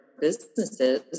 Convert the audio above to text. businesses